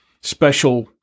special